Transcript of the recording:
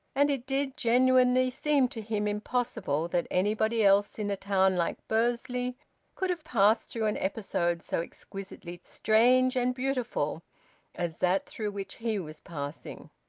and it did genuinely seem to him impossible that anybody else in a town like bursley could have passed through an episode so exquisitely strange and beautiful as that through which he was passing.